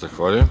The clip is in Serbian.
Zahvaljujem.